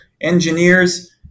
engineers